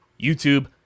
YouTube